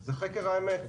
זה חקר האמת.